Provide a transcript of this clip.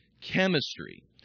Chemistry